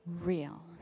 real